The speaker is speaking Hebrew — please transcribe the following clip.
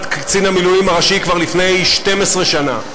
קצין המילואים הראשי כבר לפני 12 שנה.